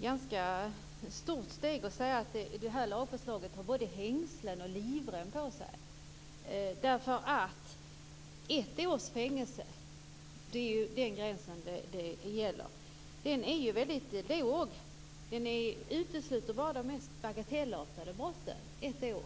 ganska stort steg att säga att det här lagförslaget har både hängslen och livrem på sig. Ett års fängelse är den gräns som gäller, och det är väldigt lågt. Den utesluter bara de mest bagatellartade brotten.